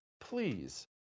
Please